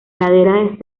laderas